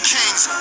kings